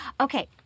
Okay